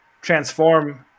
transform